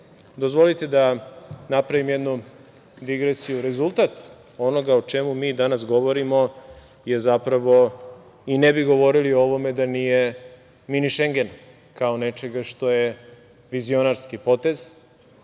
Albanije. Dozvolite da napravim jednu digresiju. Rezultat onoga o čemu mi danas govorimo je zapravo, i ne bi govorili o ovome da nije mini šengena, kao nečega što je vizionarski potez.